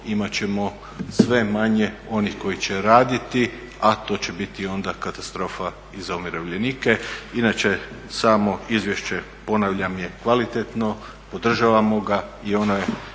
imat ćemo sve manje onih koji će raditi, a to će biti onda katastrofa i za umirovljenike. Inače, samo izvješće, ponavljam, je kvalitetno, podržavamo ga i ono je